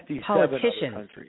politicians